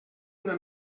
una